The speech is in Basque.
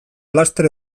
laster